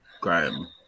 Graham